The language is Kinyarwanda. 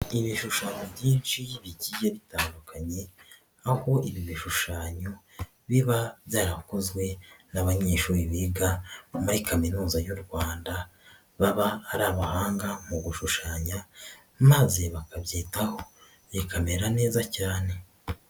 Ni ibishushanyo byinshi bigiye bitandukanye ,aho ibi bishushanyo biba byarakozwe n'abanyeshuri biga muri kaminuza y'u Rwanda, baba ari abahanga mu gushushanya, maze bakabyitaho bikamera neza cyane.